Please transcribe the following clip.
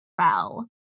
fell